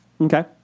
Okay